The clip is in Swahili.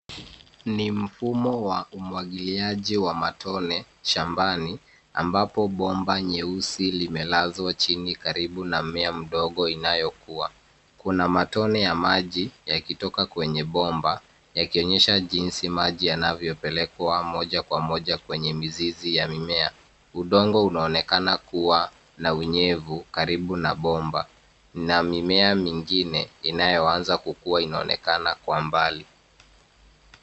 Ni mfumo wa umwagiliaji wa matone shambani, ambapo bomba nyeusi limelazwa chini karibu na mmea mdogo inayokua. Kuna matone ya maji yakitoka kwenye bomba yakionyesha jinsi maji yanavyopelekwa moja kwa moja kwenye mizizi ya mimea. Udongo unaonekana kuwa na unyevu karibu na bomba. Na mimea mingine inayoanza kukua inaonekana kwa mbali.